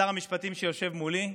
שר המשפטים שיושב מולי,